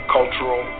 Cultural